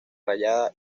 rayada